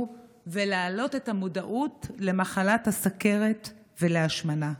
ולהעלות את המודעות למחלת הסוכרת ולהשמנה.